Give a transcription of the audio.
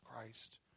Christ